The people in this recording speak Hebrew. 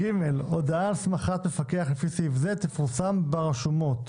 הודעה על הסמכת מפקח לפי סעיף זה תפורסם ברשומות.